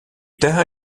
tard